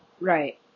right